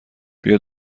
بیا